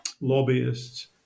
Lobbyists